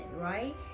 right